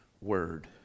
word